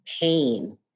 pain